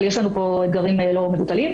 אבל יש לנו פה אתגרים לא מבוטלים.